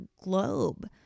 globe